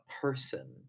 person